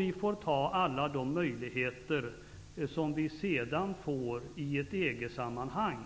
Vi får ta till vara alla möjligheter som vi kan få i ett EG-sammanhang